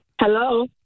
Hello